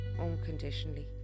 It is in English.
unconditionally